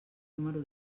número